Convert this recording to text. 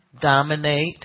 dominate